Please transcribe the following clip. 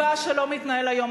זה מתחיל להיות הפרעה.